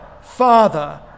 father